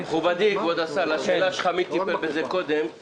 לאור ההערה של הנציגה של קופת חולים לאומית שהתהליך הוא כ-40 דקות,